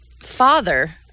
father